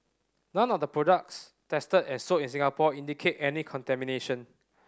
none of the products tested and sold in Singapore indicate any contamination